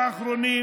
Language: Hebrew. בחודשים האחרונים,